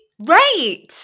Right